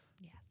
Yes